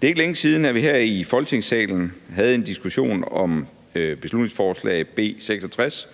Det er ikke længe siden, at vi her i Folketingssalen havde en diskussion om beslutningsforslag B 66